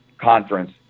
conference